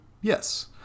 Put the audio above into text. Yes